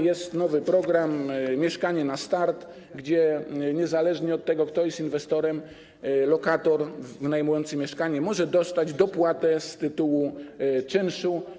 Jest nowy program „Mieszkanie na start”, gdzie niezależnie od tego, kto jest inwestorem, lokator wynajmujący mieszkanie może dostać dopłatę z tytułu czynszu.